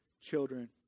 children